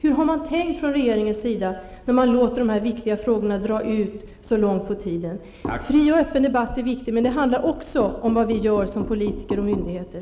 Hur har man tänkt från regeringens sida då man låter dessa viktiga frågor dra ut så långt på tiden? Fri och öppen debatt är viktig, men det handlar också om vad vi gör som politiker och myndigheter.